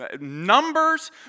numbers